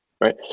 Right